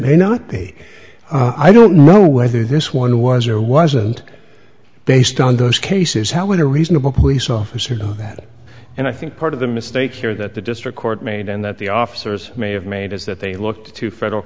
may not be i don't know whether this one was or wasn't based on those cases how would a reasonable police officer know that and i think part of the mistake here that the district court made and that the officers may have made is that they look to federal